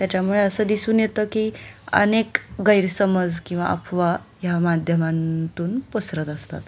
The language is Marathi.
त्याच्यामुळे असं दिसून येतं की अनेक गैरसमज किंवा अफवा ह्या माध्यमांतून पसरत असतात